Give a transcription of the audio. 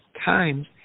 times